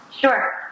Sure